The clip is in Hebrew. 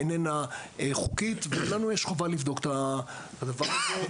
איננה חוקית ולנו יש חובה לבדוק את הדבר הזה.